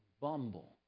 Bumble